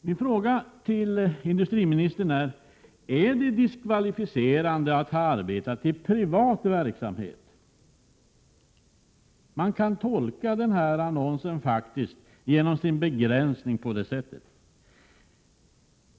Min fråga till industriministern: Är det diskvalificerande att ha arbetat i privat verksamhet? Man kan faktiskt tolka den här annonsen, med dess begränsning, på det sättet.